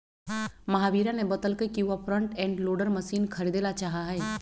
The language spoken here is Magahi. महावीरा ने बतल कई कि वह फ्रंट एंड लोडर मशीन खरीदेला चाहा हई